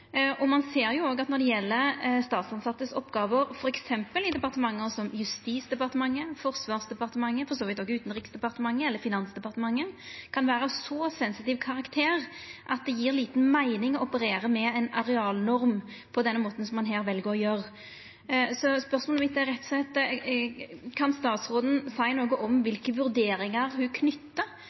Ein ser òg at når det gjeld oppgåvene til tilsette i staten, f.eks. i departement som Justisdepartementet og Forsvarsdepartementet, og for så vidt også Utanriksdepartementet eller Finansdepartementet, kan vera av så sensitiv karakter at det gjev lita meining å operera med ei arealnorm på den måten ein her vel å gjera. Spørsmålet mitt er rett og slett: Kan statsråden seia noko om kva vurderingar ho